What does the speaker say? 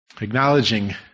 Acknowledging